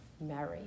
Mary